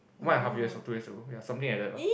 one and a half years or two years ago something like that lah